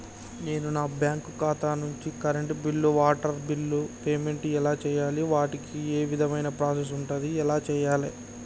నేను నా బ్యాంకు ఖాతా నుంచి కరెంట్ బిల్లో వాటర్ బిల్లో పేమెంట్ ఎలా చేయాలి? వాటికి ఏ విధమైన ప్రాసెస్ ఉంటది? ఎలా చేయాలే?